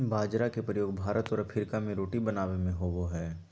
बाजरा के प्रयोग भारत और अफ्रीका में रोटी बनाबे में होबो हइ